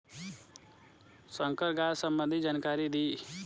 संकर गाय सबंधी जानकारी दी?